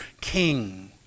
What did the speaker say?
king